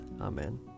Amen